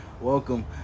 Welcome